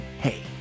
hey